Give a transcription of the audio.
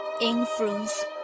influence